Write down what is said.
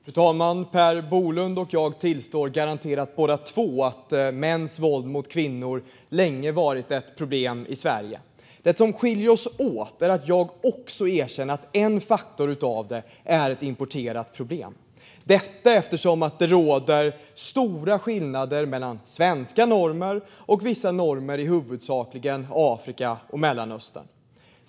Fru talman! Per Bolund och jag tillstår garanterat båda två att mäns våld mot kvinnor länge har varit ett problem i Sverige. Det som skiljer oss åt är att jag också erkänner att en faktor i detta är ett importerat problem - detta eftersom det råder stora skillnader mellan svenska normer och vissa normer i huvudsakligen Afrika och Mellanöstern.